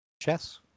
chess